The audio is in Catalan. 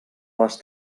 les